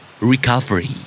Recovery